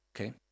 Okay